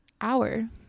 hour